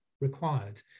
Required